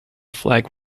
flag